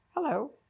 Hello